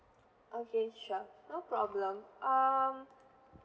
okay sure no problem um